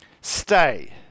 stay